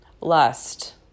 lust